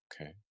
okay